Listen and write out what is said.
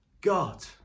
God